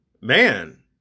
man